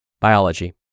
biology